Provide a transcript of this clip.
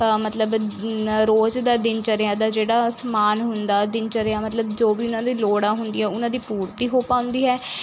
ਮਤਲਬ ਰੋਜ਼ ਦਾ ਦਿਨਚਰਿਆ ਦਾ ਜਿਹੜਾ ਸਮਾਨ ਹੁੰਦਾ ਦਿਨਚਰਿਆ ਮਤਲਬ ਜੋ ਵੀ ਉਹਨਾਂ ਦੀ ਲੋੜਾਂ ਹੁੰਦੀਆਂ ਉਹਨਾਂ ਦੀ ਪੂਰਤੀ ਹੋ ਪਾਉਂਦੀ ਹੈ